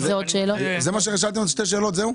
שאלתם רק שתי שאלות?